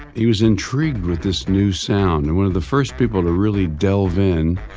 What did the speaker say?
he was intrigued with this new sound and one of the first people to really delve in,